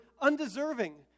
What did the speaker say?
undeserving